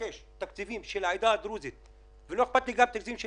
ומבקש שהתקציבים של העדה הדרוזית ולא אכפת לי שגם התקציבים של